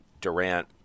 Durant